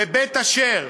לבית-אשר,